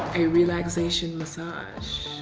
a relaxation massage.